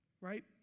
Right